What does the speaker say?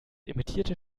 emittierte